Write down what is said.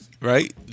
right